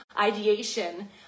ideation